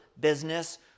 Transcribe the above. business